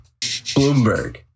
Bloomberg